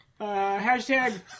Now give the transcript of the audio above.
Hashtag